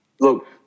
Look